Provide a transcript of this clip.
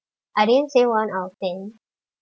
I didn't say one out of ten